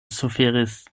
suferis